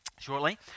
Shortly